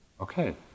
Okay